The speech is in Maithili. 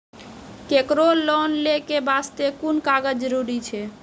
केकरो लोन लै के बास्ते कुन कागज जरूरी छै?